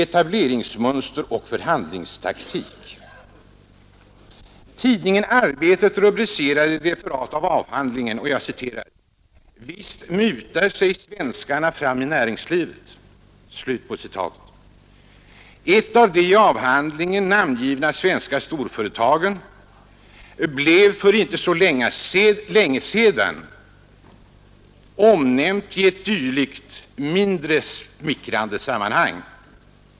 Etableringsmönster och förhandlingstaktik.” Tidningen Arbetet rubricerade ett referat av avhandlingen, där det heter på följande sätt: ”Visst mutar sig svenskarna fram i näringslivet.” Ett av de i avhandlingen namngivna svenska storföretagen blev för inte så länge sedan omnämnt i ett dylikt mindre smickrande sammanhang.